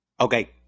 Okay